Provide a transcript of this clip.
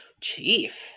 Chief